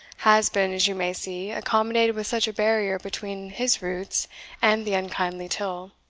has been, as you may see, accommodated with such a barrier between his roots and the unkindly till.